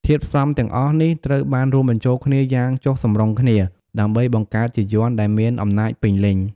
ធាតុផ្សំទាំងអស់នេះត្រូវបានរួមបញ្ចូលគ្នាយ៉ាងចុះសម្រុងគ្នា ដើម្បីបង្កើតជាយ័ន្តដែលមានអំណាចពេញលេញ។